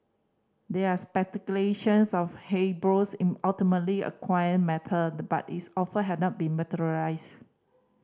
there are speculations of Hasbro in ultimately acquire mattered but its offer has not materialised